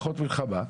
פחות מלחמה,